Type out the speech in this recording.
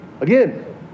Again